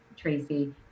Tracy